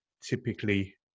typically